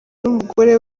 n’umugore